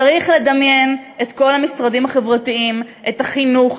צריך לדמיין את כל המשרדים החברתיים: את החינוך,